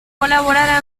col·laborar